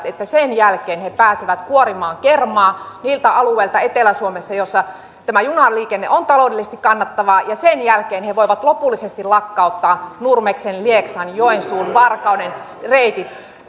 että sen jälkeen he pääsevät kuorimaan kermaa niiltä alueilta etelä suomessa joilla tämä junaliikenne on taloudellisesti kannattavaa ja sen jälkeen he voivat lopullisesti lakkauttaa nurmeksen lieksan joensuun varkauden reitit